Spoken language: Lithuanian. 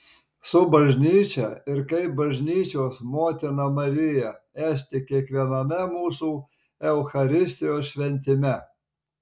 su bažnyčia ir kaip bažnyčios motina marija esti kiekviename mūsų eucharistijos šventime